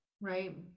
right